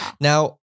Now